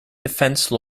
defence